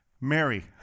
Mary